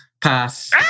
Pass